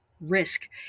risk